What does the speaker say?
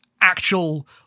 actual